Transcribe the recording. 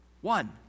one